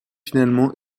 finalement